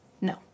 No